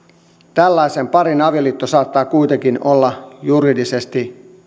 tällaisen parin avioliitto saattaa kuitenkin olla juridisesti